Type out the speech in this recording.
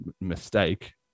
mistake